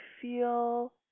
feel